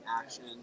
action